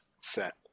set